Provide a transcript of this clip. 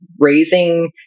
raising